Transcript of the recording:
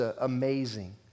amazing